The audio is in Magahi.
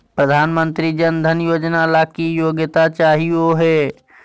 प्रधानमंत्री जन धन योजना ला की योग्यता चाहियो हे?